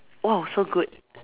!wow! so good